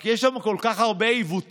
רק יש שם כל כך הרבה עיוותים.